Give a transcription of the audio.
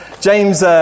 James